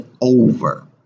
over